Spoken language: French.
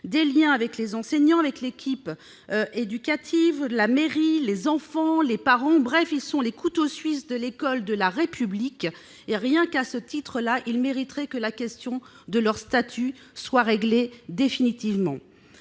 hiérarchique, des enseignants, de l'équipe éducative, de la mairie, des enfants, des parents. Bref, ils sont les « couteaux suisses » de l'école de la République et, ne serait-ce qu'à ce titre, ils mériteraient que la question de leur statut soit réglée définitivement.